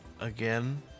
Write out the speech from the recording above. again